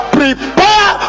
prepare